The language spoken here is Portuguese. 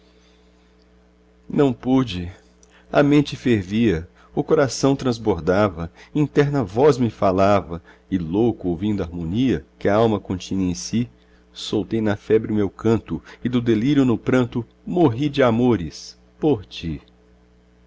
não pude a mente fervia o coração trasbordava interna voz me falava e louco ouvindo a harmonia que a alma continha em si soltei na febre o meu canto e do delírio no pranto morri de amores por ti